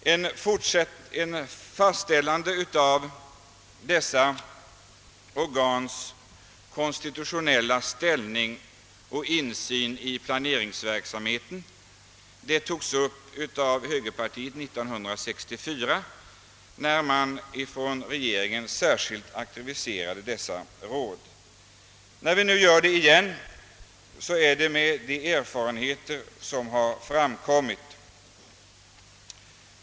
Frågan om ett fastställande av ifrågavarande organs konstitutionella ställning och om insyn i planeringsverksamheten togs upp av högerpartiet år 1964, när regeringen aktiverade planeringsråden. Att vi nu åter tar upp saken beror på de erfarenheter som gjorts.